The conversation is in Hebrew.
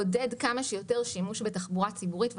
היא לעודד כמה שיותר שימוש בתחבורה ציבורית.